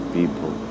people